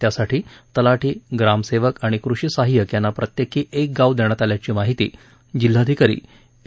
त्यासाठी तलाठी ग्रामसेवक आणि कृषी सहाय्यक यांना प्रत्येकी एक गाव देण्यात आल्याची माहिती जिल्हाधिकारी पी